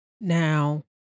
Now